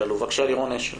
בבקשה, לירון אשל